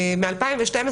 מ-2012,